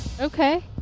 Okay